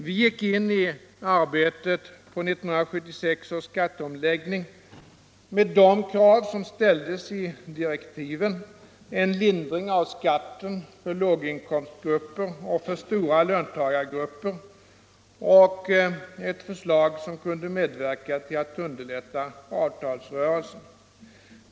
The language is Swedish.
Vi gick in i arbetet på 1976 års skatteomläggning med de krav som ställdes i direktiven: en lindring av skatten för låginkomstgrupper och för stora löntagargrupper och ett förslag som kunde medverka till att underlätta avtalsrörelsen.